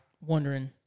wondering